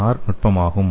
R நுட்பமாகும்